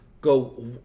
go